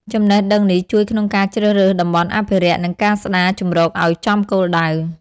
ចំណេះដឹងនេះជួយក្នុងការជ្រើសរើសតំបន់អភិរក្ស និងការស្តារជម្រកឲ្យចំគោលដៅ។